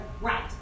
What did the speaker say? Right